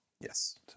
yes